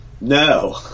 No